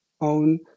own